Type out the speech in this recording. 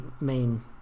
main